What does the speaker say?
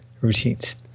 routines